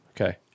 Okay